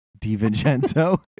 DiVincenzo